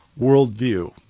worldview